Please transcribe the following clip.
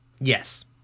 Yes